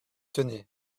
tenez